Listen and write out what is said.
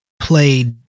played